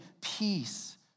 peace